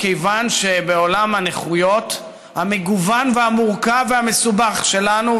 כיוון שבעולם הנכויות המגוון והמורכב והמסובך שלנו,